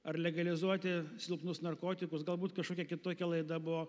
ar legalizuoti silpnus narkotikus galbūt kažkokia kitokia laida buvo